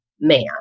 man